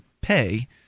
pay